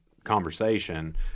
Conversation